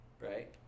right